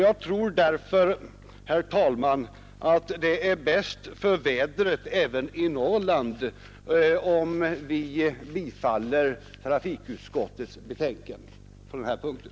Jag tror därför, herr talman, att det är bäst för vädret även i Norrland om vi bifaller trafikutskottets hemställan på den här punkten.